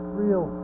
real